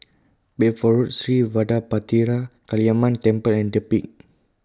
Bedford Road Sri Vadapathira Kaliamman Temple and The Peak